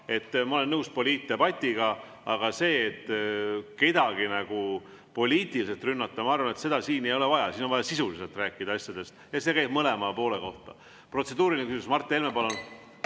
Ma olen nõus poliitdebatiga, aga seda, et kedagi poliitiliselt rünnata, ma arvan, siin ei ole vaja. Siin on vaja sisuliselt rääkida asjadest, ja see käib mõlema poole kohta. Protseduuriline küsimus, Mart Helme, palun!